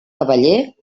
cavaller